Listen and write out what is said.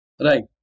Right